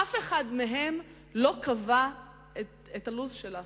אף אחד מהם לא קבע את הלו"ז של האפיפיור,